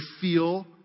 feel